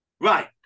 Right